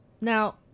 Now